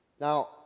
Now